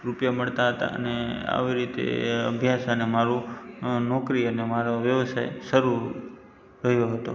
રૂપિયા મળતા હતા અને આવી રીતે અભ્યાસ અને મારું નોકરી અને મારો વ્યવસાય શરૂ રહ્યો હતો